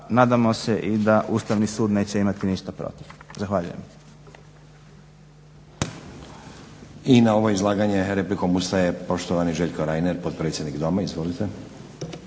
nadamo se da i Ustavni sud neće imati ništa protiv. Zahvaljujem.